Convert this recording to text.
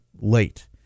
late